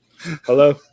Hello